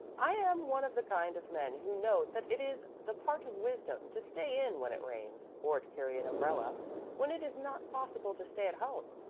i am one of the kind of men who know that it is the part of wisdom to stay in when it rains, or to carry an umbrella when it is not possible to stay at home,